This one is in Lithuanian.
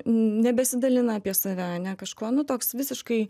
nebesidalina apie save ane kažko nu toks visiškai